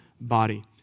body